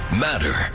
matter